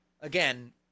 Again